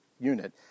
unit